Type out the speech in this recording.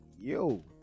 yo